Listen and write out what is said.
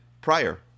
prior